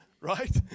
right